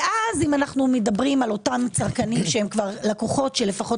ואז אם אנחנו מדברים על אותם צרכנים שהם לקוחות שלפחות